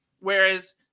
Whereas